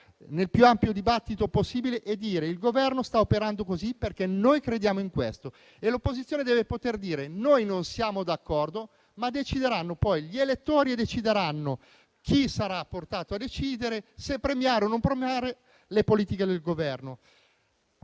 nel più ampio dibattito possibile, dicendo: il Governo sta operando così perché noi crediamo in questo. E l'opposizione deve poter dire: noi non siamo d'accordo, ma decideranno poi gli elettori chi sarà portato a decidere e se premiare o non premiare le politiche del Governo.